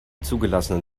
zugelassenen